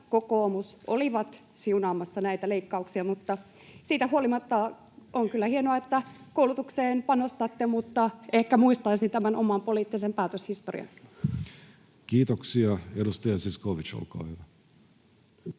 kokoomus olivat siunaamassa näitä leikkauksia. Siitä huolimatta on kyllä hienoa, että koulutukseen panostatte, mutta ehkä muistaisin tämän oman poliittisten päätöstenne historian. Kiitoksia. — Edustaja Zyskowicz, olkaa hyvä.